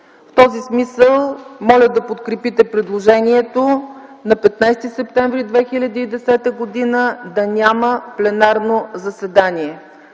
В този смисъл моля да подкрепите предложението на 15 септември 2010 г. да няма пленарно заседание,